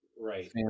Right